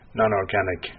non-organic